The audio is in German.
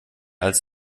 als